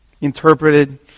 interpreted